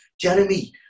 Jeremy